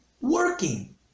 working